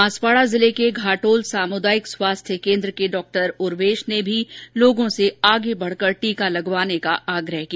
बांसवाड़ा जिले के घाटोल सामुदायिक स्वास्य केन्द्र के डाक्टर उर्वेश ने भी लोगों से आगे बढ़ कर टीका लगवाने का आग्रह किया